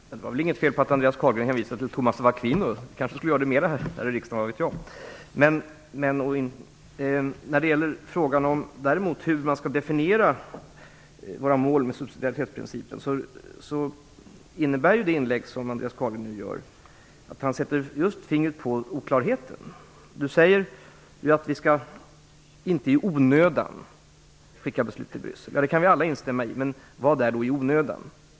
Fru talman! Det är inget fel på att Andreas Carlgren hänvisar till Thomas av Aquino. Vi kanske skulle göra det mer här i riksdagen, vad vet jag. När det gäller frågan om hur man skall definiera våra mål för subsidiaritetsprincipen innebär det inlägg Andreas Carlgren gör att han sätter fingret på oklarheten. Han säger att vi inte i onödan skall skicka beslut till Bryssel. Det kan vi alla instämma i. Men vad är "i onödan"?